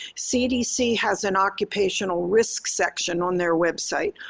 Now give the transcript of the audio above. cdc has an occupational risk section on their website.